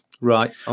Right